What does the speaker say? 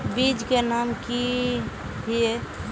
बीज के नाम की हिये?